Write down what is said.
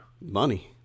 Money